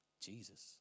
Jesus